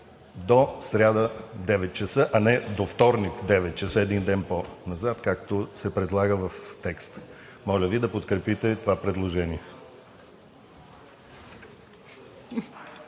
до сряда – 9,00 ч., а не до вторник – 9,00 ч., един ден по-назад, както се предлага в текста. Моля Ви да подкрепите това предложение.